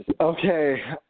Okay